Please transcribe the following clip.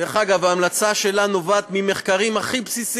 הוא סיפור של גבורה של אנשים מכל רחבי